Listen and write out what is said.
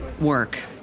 work